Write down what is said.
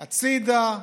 הצידה,